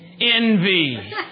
envy